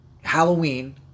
Halloween